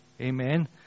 Amen